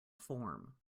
form